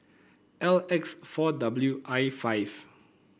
L X four W I five